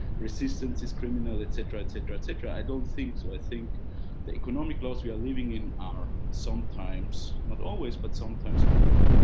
resistance is criminal, etc, etc, etc. i don't think so. i think the economic laws we are living in are sometimes, not always, but sometimes criminal.